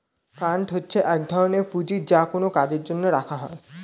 fund হচ্ছে এক ধরনের পুঁজি যা কোনো কাজের জন্য রাখা হয়